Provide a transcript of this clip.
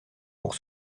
pour